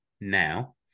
now